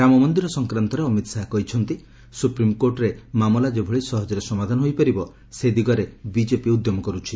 ରାମମନ୍ଦିର ସଂକ୍ରାନ୍ତରେ ଅମିତ ଶାହା କହିଛନ୍ତି ସୁପ୍ରିମ୍କୋର୍ଟରେ ମାମଲା ଯେଭଳି ସହକରେ ସମାଧାନ ହୋଇପାରିବ ସେ ଦିଗରେ ବିଜେପି ଉଦ୍ୟମ କରୁଛି